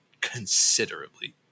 considerably